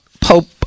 pope